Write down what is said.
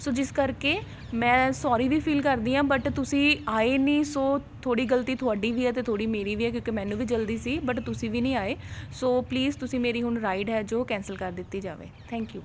ਸੋ ਜਿਸ ਕਰਕੇ ਮੈਂ ਸੋਰੀ ਵੀ ਫੀਲ ਕਰਦੀ ਹਾਂ ਬਟ ਤੁਸੀਂ ਆਏ ਨਹੀਂ ਸੋ ਥੋੜ੍ਹੀ ਗਲਤੀ ਤੁਹਾਡੀ ਵੀ ਹੈ ਅਤੇ ਥੋੜ੍ਹੀ ਮੇਰੀ ਵੀ ਹੈ ਕਿਉਂਕਿ ਮੈਨੂੰ ਵੀ ਜਲਦੀ ਸੀ ਬਟ ਤੁਸੀਂ ਵੀ ਨਹੀਂ ਆਏ ਸੋ ਪਲੀਜ਼ ਤੁਸੀਂ ਮੇਰੀ ਹੁਣ ਰਾਇਡ ਹੈ ਜੋ ਕੈਂਸਲ ਕਰ ਦਿੱਤੀ ਜਾਵੇ ਥੈਂਕ ਯੂ